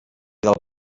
del